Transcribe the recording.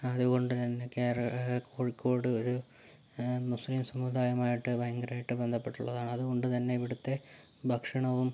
അതുകൊണ്ടുതന്നെ കോഴിക്കോട് ഒരു മുസ്ലിം സമുദായം ആയിട്ട് ഭയങ്കരമായിട്ട് ബന്ധപ്പെട്ടിട്ടുള്ളതാണ് അതുകൊണ്ടുതന്നെ ഇവിടുത്തെ ഭക്ഷണവും